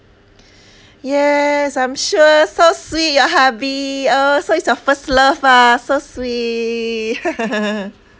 yes I'm sure so sweet your hubby oh so it's your first love ah so sweet